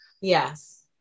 Yes